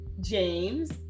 James